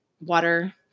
water